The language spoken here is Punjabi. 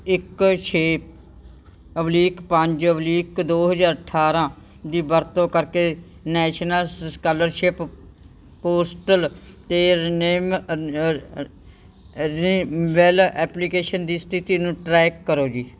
ਇੱਕ ਛੇ ਅਬਲੀਕ ਪੰਜ ਅਬਲੀਕ ਦੋ ਹਜ਼ਾਰ ਅਠਾਰਾਂ ਦੀ ਵਰਤੋਂ ਕਰਕੇ ਨੈਸ਼ਨਲ ਸ ਸਕਾਲਰਸ਼ਿਪ ਪੋਸਟਲ 'ਤੇ ਰਿਨੇਮ ਰਿਨਿਵੇਲ ਐਪਲੀਕੇਸ਼ਨ ਦੀ ਸਥਿੱਤੀ ਨੂੰ ਟਰੈਕ ਕਰੋ ਜੀ